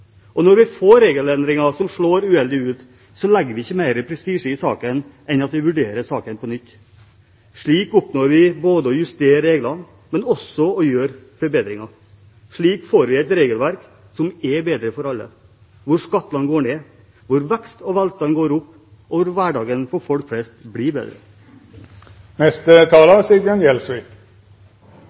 ned. Når vi får regelendringer som slår uheldig ut, legger vi ikke mer prestisje i saken enn at vi vurderer saken på nytt. Slik oppnår vi både å justere reglene og å gjøre forbedringer. Slik får vi et regelverk som er bedre for alle, hvor skattene går ned, hvor vekst og velstand går opp, og hvor hverdagen til folk flest blir